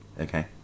Okay